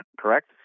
correct